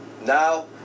now